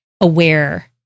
aware